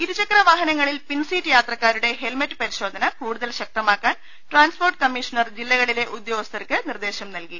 ഇരുചക്രവാഹനങ്ങളിൽ പിൻസീറ്റ് യാത്രക്കാരുടെ ഹെൽമറ്റ് പരിശോധന കൂടുതൽ ശക്തമാക്കാൻ ട്രാൻസ്പോർട്ട് കമ്മീഷ ണർ ജില്ലകളിലെ ഉദ്യോഗസ്ഥർക്ക് നിർദേശം നൽകി